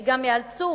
הם אף ייאלצו,